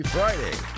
Friday